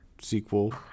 sequel